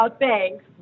thanks